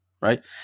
right